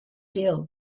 deal